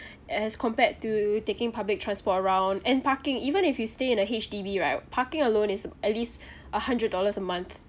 as compared to taking public transport around and parking even if you stay in a H_D_B right parking alone is at least a hundred dollars a month